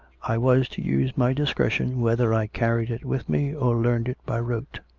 i was to use my discretion whether i carried it with me, or learned it by rote.